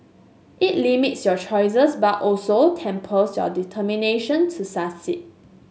it limits your choices but also tempers your determination to succeed